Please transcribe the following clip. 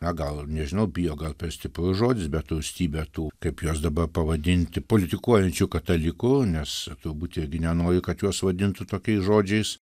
na gal nežinau bijo gal per stiprus žodis bet rūstybę tų kaip juos dabar pavadinti politikuojančių katalikų nes turbūt irgi nenori kad juos vadintų tokiais žodžiais